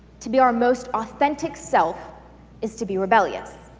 to be our most authentic self is to be rebellious.